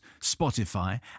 Spotify